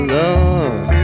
love